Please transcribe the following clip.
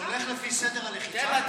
זה הולך לפי סדר הלחיצה?